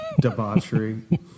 debauchery